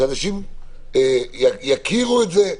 שאנשים יכירו את זה,